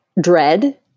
dread